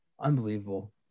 Unbelievable